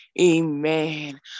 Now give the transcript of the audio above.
amen